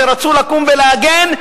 שרצו לקום ולהגן,